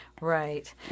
right